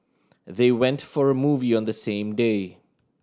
they went for a movie on the same day